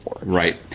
right